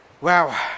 wow